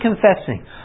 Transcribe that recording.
confessing